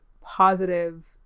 positive